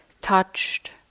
touched